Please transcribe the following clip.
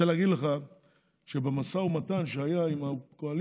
אני רוצה להגיד לך שבמשא ומתן שהיה עם הקואליציה,